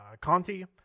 Conti